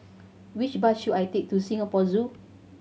which bus should I take to Singapore Zoo